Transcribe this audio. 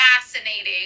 fascinating